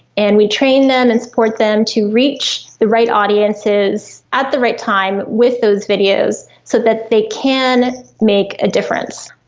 and we train them and support them to reach the right audiences at the right time with those videos so that they can make a difference.